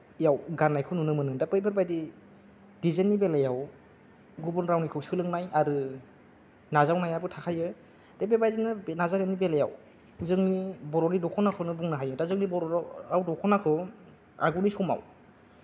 याव गाननायखौ नुनो मोने दा बैफोर बायदि डिजाइननि बेलायाव गुबुन रावनिखौ सोलोंनाय आरो नाजावनायाबो थाखायो दे बे बायदिनो नाजावनायनि बेलायाव जोंनि बर'नि दखनाखौनो बुंनो हायो दा जोंनि बर'नाव दखनाखौ आगुनि समाव